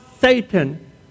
Satan